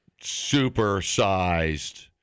super-sized